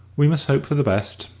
we must hope for the best,